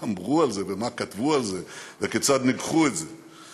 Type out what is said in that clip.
מה אמרו על זה ומה כתבו על זה וכיצד ניגחו את זה.